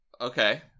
Okay